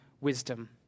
wisdom